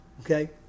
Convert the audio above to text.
Okay